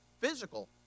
physical